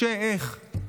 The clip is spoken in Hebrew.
משה, איך?